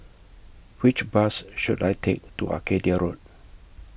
Which Bus should I Take to Arcadia Road